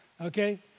okay